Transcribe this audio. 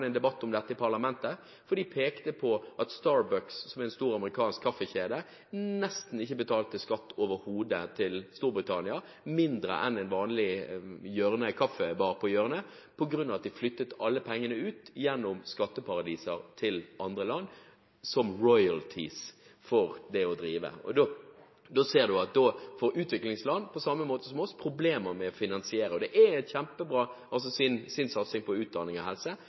en debatt om dette i parlamentet. De pekte på at Starbucks, som er en stor amerikansk kaffekjede, nesten ikke betalte skatt overhodet til Storbritannia – mindre enn en vanlig kaffebar på hjørnet – på grunn av at de flyttet alle pengene ut gjennom skatteparadiser til andre land som royalties for det å drive. Da ser en at utviklingsland, på samme måte som oss, får problemer med å finansiere. Det er en kjempebra innsats på utdanning og helse, og det er et